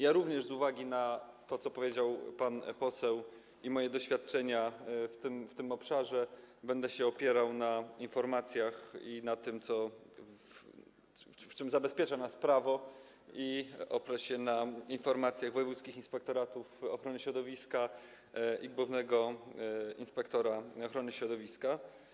Ja również z uwagi na to, co powiedział pan poseł, oraz moje doświadczenia w tej dziedzinie będę się opierał na informacjach i na tym, co do czego zabezpiecza nas prawo, i oprę się na informacjach wojewódzkich inspektoratów ochrony środowiska i głównego inspektora ochrony środowiska.